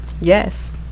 Yes